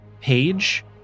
page